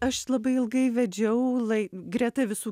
aš labai ilgai vedžiau lai greta visų